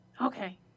Okay